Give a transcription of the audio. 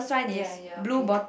ya ya okay